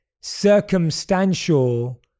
circumstantial